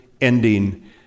ending